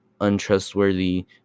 untrustworthy